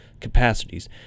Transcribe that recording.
capacities